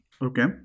Okay